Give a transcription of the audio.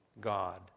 God